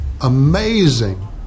amazing